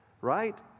right